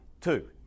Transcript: Two